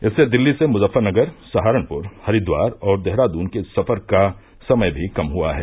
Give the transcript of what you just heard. इससे दिल्ली से मुजफ्फरनगर सहारनपुर हरिद्वार और देहरादून के सफर का समय भी कम हुआ है